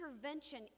intervention